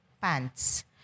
pants